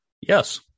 Yes